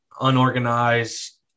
unorganized